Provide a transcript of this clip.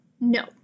no